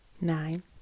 Nine